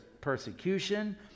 persecution